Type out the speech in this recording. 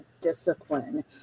discipline